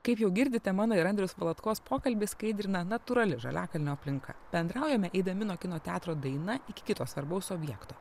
kaip jau girdite mano ir andriaus valatkos pokalbį skaidrina natūrali žaliakalnio aplinka bendraujame eidami nuo kino teatro daina iki kito svarbaus objekto